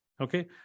Okay